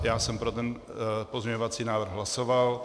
Já jsem pro ten pozměňovací návrh hlasoval.